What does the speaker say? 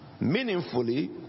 meaningfully